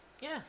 Yes